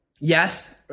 Yes